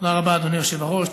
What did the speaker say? תודה רבה, אדוני היושב-ראש.